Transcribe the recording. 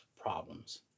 problems